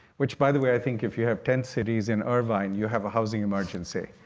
which by the way, i think if you have tent cities in irvine, you have a housing emergency.